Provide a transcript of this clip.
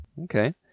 Okay